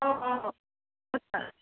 अँ अँ अँ हो त